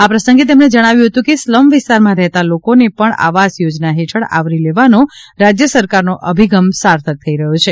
આ પ્રસંગે તેમણે જણાવ્યું હતું કે સ્લમ વિસ્તારમાં રહેતા લોકોને પણ આવાસ યોજના હેઠળ આવરી લેવાનો રાજ્ય સરકારનો અભિગમ સાર્થક થઈ રહ્યો છે